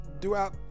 throughout